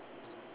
ya